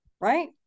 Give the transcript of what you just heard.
right